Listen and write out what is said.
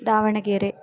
Davanagere